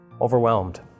Overwhelmed